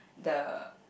the